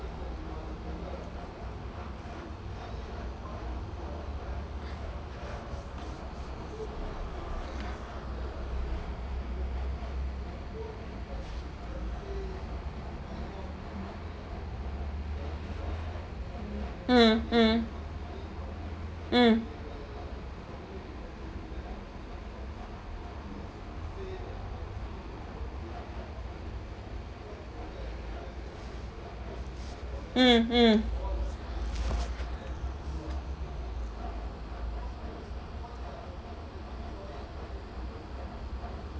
mmhmm mm mmhmm